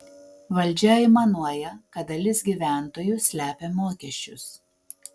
valdžia aimanuoja kad dalis gyventojų slepia mokesčius